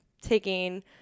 taking